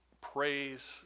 praise